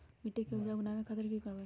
मिट्टी के उपजाऊ बनावे खातिर की करवाई?